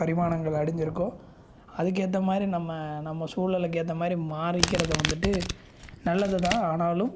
பரிமாணங்கள் அடைஞ்சிருக்கோ அதுக்கேற்ற மாதிரி நம்ம நம்ம சூழலுக்கு ஏற்ற மாதிரி மாறிக்கிறது வந்துட்டு நல்லதுதான் ஆனாலும்